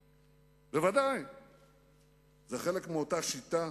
ודאי, זה חלק מאותה שיטה,